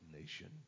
nation